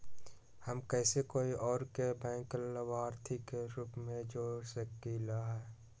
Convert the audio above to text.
हम कैसे कोई और के बैंक लाभार्थी के रूप में जोर सकली ह?